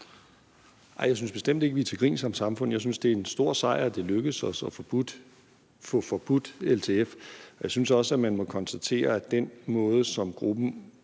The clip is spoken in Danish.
Nej, jeg synes bestemt ikke, vi er til grin som samfund. Jeg synes, det er en stor sejr, at det er lykkedes os at få forbudt LTF. Jeg synes også, at man må konstatere, at den måde, som gruppen